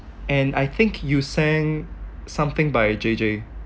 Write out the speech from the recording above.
and I think you sang something by J_J